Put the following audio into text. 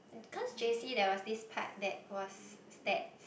cause J_C there was this part that was stats